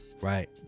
right